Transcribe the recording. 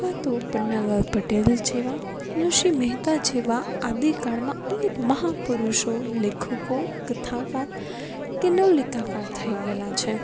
અથવા તો પન્નાલાલ પટેલ જેવા નરસિંહ મહેતા જેવા આદિ કાળમાં અનેક મહાપુરુષો લેખકો કથાકાર કે નવલિકાકાર થઇ ગયેલા છે